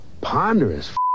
ponderous